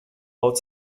baut